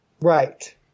right